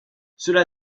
cela